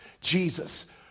Jesus